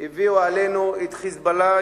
הביאו עלינו את "חיזבאללה",